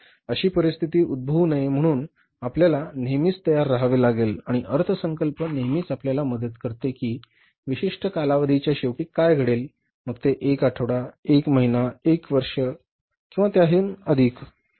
तेव्हा अशी परिस्थिती उद्भवू नये म्हणून आपल्याला नेहमीच तयार रहावे लागेल आणि अर्थसंकल्प नेहमीच आपल्याला मदत करते की विशिष्ट कालावधीच्या शेवटी काय घडेल मग ते एक आठवडा एक महिना एक वर्ष असेल किंवा त्याहूनही अधिक